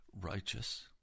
righteous